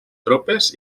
tropes